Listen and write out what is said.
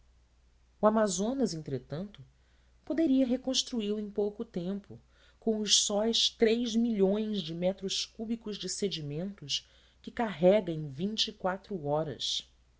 o amazonas entretanto poderia reconstruí lo em pouco tempo com os só de metros cúbicos de sedimentos que carrega em vinte e quatro horas